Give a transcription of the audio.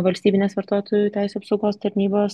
valstybinės vartotojų teisių apsaugos tarnybos